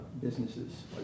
businesses